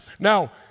Now